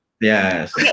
yes